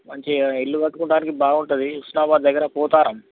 మంచిగా ఇల్లు కట్టుకోవడానికి బాగుంటుంది హుస్నాబాద్ దగ్గర పోతారం